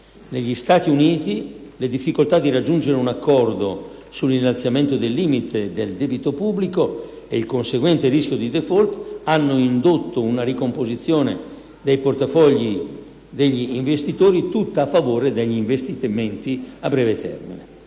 Negli Stati Uniti le difficoltà di raggiungere un accordo sull'innalzamento del limite del debito pubblico ed il conseguente rischio di *default* hanno indotto una ricomposizione dei portafogli degli investitori tutta a favore degli investimenti a breve termine.